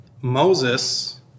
Moses